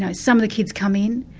and some of the kids come in,